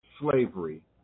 slavery